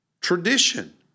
tradition